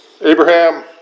Abraham